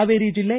ಹಾವೇರಿ ಜಿಲ್ಲೆ